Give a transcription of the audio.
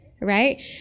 right